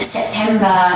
September